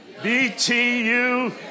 BTU